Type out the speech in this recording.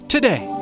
Today